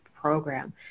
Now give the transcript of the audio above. program